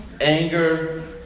Anger